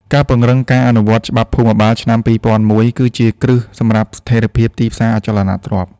ការពង្រឹងការអនុវត្តច្បាប់ភូមិបាលឆ្នាំ ២០០១ គឺជាគ្រឹះសម្រាប់ស្ថិរភាពទីផ្សារអចលនទ្រព្យ។